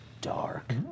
dark